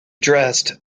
dressed